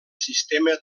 sistema